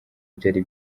byari